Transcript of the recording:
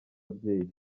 babyeyi